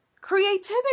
creativity